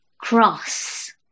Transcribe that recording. Cross